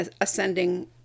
ascending